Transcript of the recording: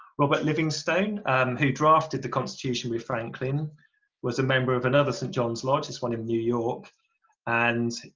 robert livingstone and who drafted the constitution with franklin was a member of another st. john's lodge this one in new york and